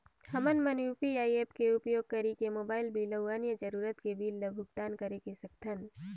हमन मन UPI apps के उपयोग करिके मोबाइल बिल अऊ अन्य जरूरत के बिल ल भुगतान कर सकथन